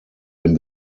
den